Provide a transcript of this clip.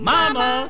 Mama